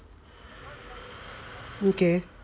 okay